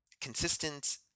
consistent